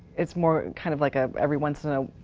it's more kind of like a every once in a,